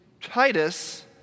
Titus